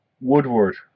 woodward